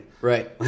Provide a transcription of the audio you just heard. Right